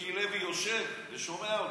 כשמיקי לוי יושב ושומע אותו,